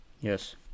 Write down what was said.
yes